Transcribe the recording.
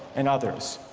and others.